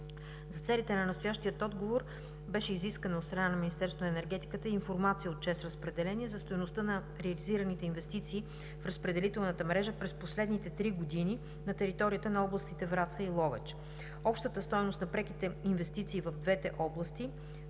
За целите на настоящия отговор беше изискано от страна на Министерството на енергетиката информация от „ЧЕЗ Разпределение“ за стойността на реализираните инвестиции в разпределителната мрежа през последните три години на територията на областите Враца и Ловеч. Общата стойност на преките инвестиции в двете области